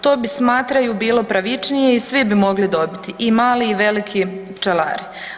To bi smatraju bilo pravičnije i svi bi mogli dobiti i mali i veliki pčelari.